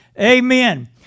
Amen